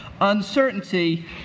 Uncertainty